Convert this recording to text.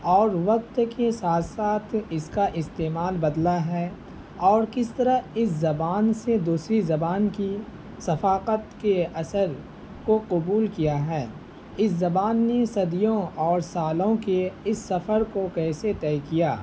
اور وقت کے ساتھ ساتھ اس کا استعمال بدلا ہے اور کس طرح اس زبان سے دوسری زبان کی ثقافت کے اثر کو قبول کیا ہے اس زبان نے صدیوں اور سالوں کے اس سفر کو کیسے طے کیا